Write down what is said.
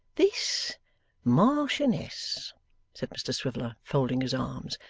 this marchioness said mr swiveller, folding his arms,